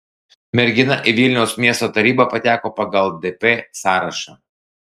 mergina į vilniaus miesto tarybą pateko pagal dp sąrašą